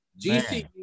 GCU